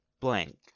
blank